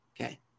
Okay